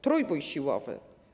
Trójbój siłowy.